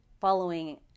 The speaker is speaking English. following